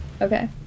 Okay